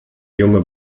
junge